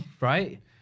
right